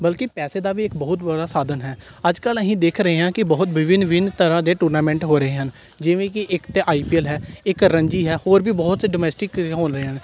ਬਲਕਿ ਪੈਸੇ ਦਾ ਵੀ ਇੱਕ ਬਹੁਤ ਵੱਡਾ ਸਾਧਨ ਹੈ ਅੱਜ ਕੱਲ੍ਹ ਅਸੀਂ ਦੇਖ ਰਹੇ ਹਾਂ ਕਿ ਬਹੁਤ ਵਿਭਿੰਨ ਵਿਭਿੰਨ ਤਰ੍ਹਾਂ ਦੇ ਟੂਰਨਾਮੈਂਟ ਹੋ ਰਹੇ ਹਨ ਜਿਵੇਂ ਕਿ ਇੱਕ ਤਾਂ ਆਈ ਪੀ ਐਲ ਹੈ ਇੱਕ ਰਣਜੀ ਹੈ ਹੋਰ ਵੀ ਬਹੁਤ ਡੋਮੈਸਟਿਕ ਹੋ ਰਹੇ ਨੇ